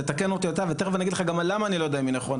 תתקן אותי אתה ותיכף אני אגיד לך גם למה אני לא יודע אם היא נכונה.